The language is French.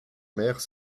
mère